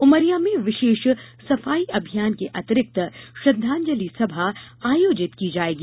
उमरिया में विशेष सफाई अभियान के अतिरिक्त श्रद्धांजलि सभा आयोजित की जायेगी